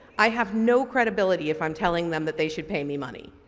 i have no credibility if i'm telling them that they should pay me money.